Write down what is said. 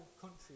country